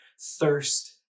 thirst